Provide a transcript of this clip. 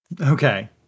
Okay